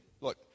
Look